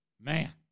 Man